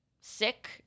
sick